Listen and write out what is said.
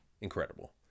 incredible